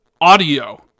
audio